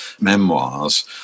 memoirs